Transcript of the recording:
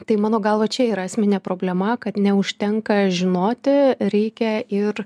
tai mano galva čia yra esminė problema kad neužtenka žinoti reikia ir